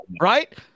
right